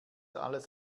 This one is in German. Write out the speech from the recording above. alles